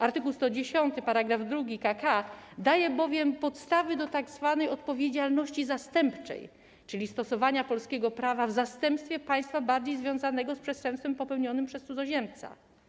Art. 110 § 2 k.k. daje bowiem podstawy do tak zwanej odpowiedzialności zastępczej, czyli stosowania polskiego prawa w zastępstwie prawa państwa bardziej związanego z przestępstwem popełnionym przez cudzoziemca.